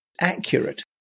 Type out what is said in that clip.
accurate